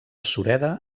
sureda